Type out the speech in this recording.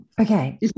okay